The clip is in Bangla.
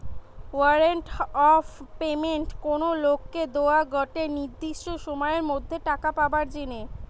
ওয়ারেন্ট অফ পেমেন্ট কোনো লোককে দোয়া গটে নির্দিষ্ট সময়ের মধ্যে টাকা পাবার জিনে